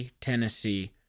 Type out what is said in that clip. Tennessee